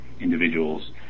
individuals